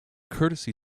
courtesy